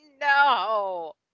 no